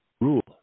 Rule